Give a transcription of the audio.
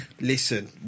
Listen